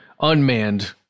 unmanned